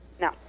No